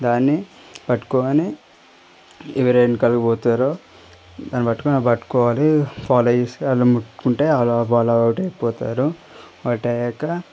దాన్ని పట్టుకొని ఎవరు వెనకాల పోతారో దాన్ని పట్టుకొని పట్టుకోవాలి ఫాలో చేస్తే వాళ్ళను ముట్టుకుంటే వాళ్ళు అలా అవుట్ అయిపోతారు అవుట్ అయ్యాక